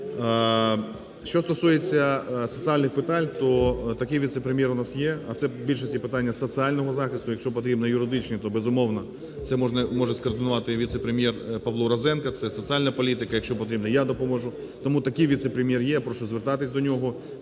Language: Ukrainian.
Що стосується соціальних питань, то такий віце-прем'єр у нас є, а це в більшості питання соціального захисту. Якщо потрібні юридичні, то, безумовно, це може скоординувати і віце-прем'єр Павло Розенко, це соціальна політика. Якщо потрібно, я допоможу. Тому такий віце-прем'єр є, я прошу звертатись до нього.